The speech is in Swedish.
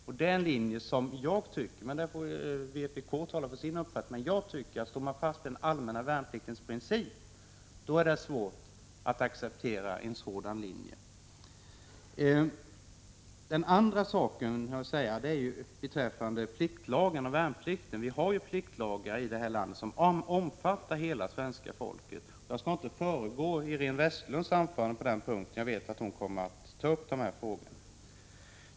Vpk får här tala för sin uppfattning, men jag tycker att det om man håller fast vid den allmänna värnpliktens princip är svårt att acceptera en sådan linje. Jag vill peka på att vi har pliktlagar, däribland värnpliktslagen, som omfattar hela svenska folket. Jag skall på denna punkt dock inte föregå Iréne Vestlund — jag vet att hon i sitt anförande kommer att ta upp dessa frågor.